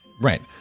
Right